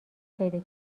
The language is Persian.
پیدا